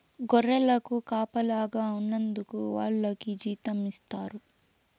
గొర్రెలకు కాపలాగా ఉన్నందుకు వాళ్లకి జీతం ఇస్తారు